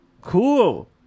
cool